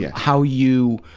yeah how you,